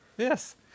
Yes